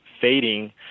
fading